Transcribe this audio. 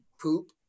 poop